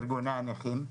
ארגוני הנכים,